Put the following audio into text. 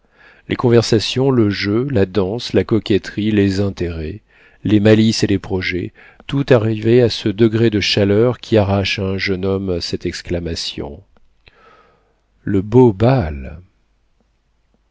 les conversations le jeu la danse la coquetterie les intérêts les malices et les projets tout arrivait à ce degré de chaleur qui arrache à un jeune homme cette exclamation le beau bal